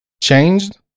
changed